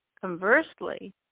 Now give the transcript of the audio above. conversely